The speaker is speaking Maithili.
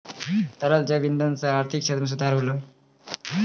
तरल जैव इंधन सँ आर्थिक क्षेत्र में सुधार होलै